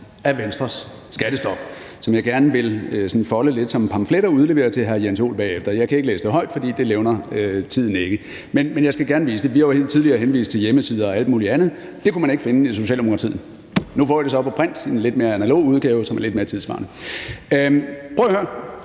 af Venstres skattestop, som jeg gerne vil folde lidt som en pamflet og udlevere til hr. Jens Joel bagefter. Jeg kan ikke læse det højt, for det levner tiden mig ikke, men jeg skal gerne vise det. Vi har jo tidligere henvist til hjemmesider og alt muligt andet. Det kunne man ikke finde i Socialdemokratiet, og nu får I det så på print i en lidt mere analog udgave, som er lidt mere tidssvarende. Prøv at høre: